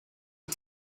and